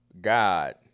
God